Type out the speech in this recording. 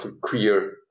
queer